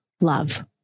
love